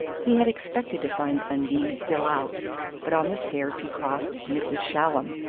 he had expected to find undine still out but on the stairs he crossed mrs. shallum,